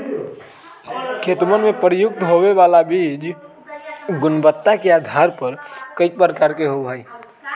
खेतवन में प्रयुक्त होवे वाला बीज गुणवत्ता के आधार पर कई प्रकार के होवा हई